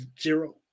zero